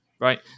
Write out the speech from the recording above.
right